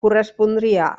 correspondria